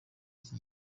iki